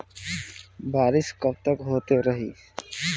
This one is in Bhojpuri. बरिस कबतक होते रही?